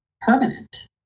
permanent